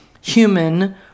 human